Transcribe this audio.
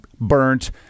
burnt